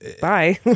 Bye